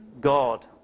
God